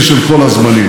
לשיא של כל הזמנים.